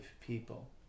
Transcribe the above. people